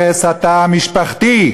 הרס התא המשפחתי.